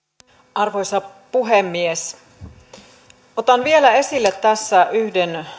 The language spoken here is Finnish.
arvoisa puhemies otan vielä esille tässä yhden